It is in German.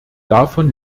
davon